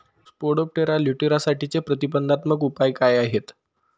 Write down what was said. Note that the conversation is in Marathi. स्पोडोप्टेरा लिट्युरासाठीचे प्रतिबंधात्मक उपाय काय आहेत?